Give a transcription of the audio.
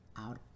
out